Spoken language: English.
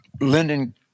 Lyndon